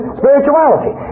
spirituality